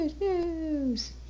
news